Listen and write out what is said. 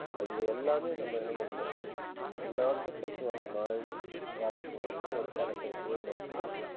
இப்போ இது எல்லாமே நம்ம என்ன பண்ணும் எல்லோருத்துக்கு ஒற்று வர மாதிரி வரக்கூடிய ஒரு படத்தை தேர்ந்தெடுத்து